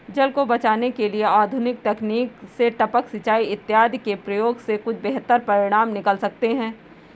जल को बचाने के लिए आधुनिक तकनीक से टपक सिंचाई इत्यादि के प्रयोग से कुछ बेहतर परिणाम निकल सकते हैं